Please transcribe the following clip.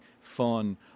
fun